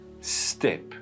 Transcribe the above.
step